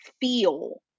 feel